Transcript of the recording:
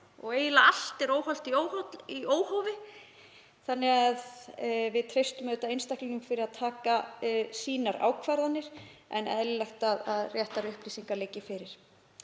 og eiginlega er allt óhollt í óhófi, þannig að við treystum einstaklingnum fyrir að taka sínar ákvarðanir en eðlilegt að réttar upplýsingar liggi fyrir.